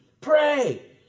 Pray